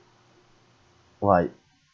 why